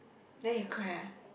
then you cry ah